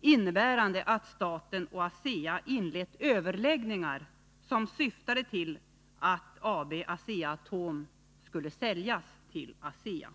innebärande att staten och ASEA inlett överläggningar som syftade till att AB Asea-Atom skulle säljas till ASEA.